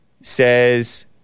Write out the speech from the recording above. says